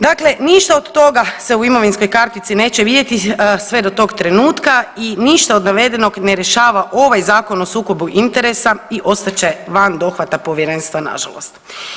Dakle, ništa od toga se u imovinskoj kartici se neće vidjeti sve do tog trenutka i ništa od navedenog ne rješava ovaj Zakon o sukobu interesa i ostat će van dohvata povjerenstva nažalost.